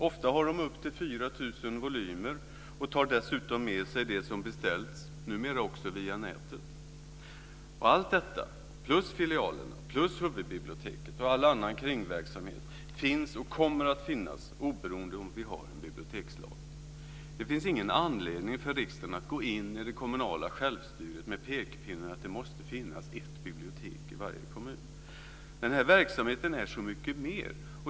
Ofta har de upp till 4 000 volymer och tar dessutom med sig det som beställts, numera också via nätet. Allt detta, plus filialer plus huvudbibliotek och all annan kringverksamhet, finns och kommer att finnas oberoende av om vi har en bibliotekslag. Det finns ingen anledning för riksdagen att gå in i det kommunala självstyret med pekpinnar att det måste finnas ett bibliotek i varje kommun. Den här verksamheten är så mycket mer.